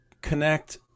connect